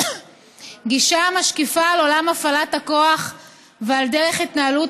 גישה המשקיפה על עולם הפעלת הכוח ועל דרך התנהלות